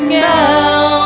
now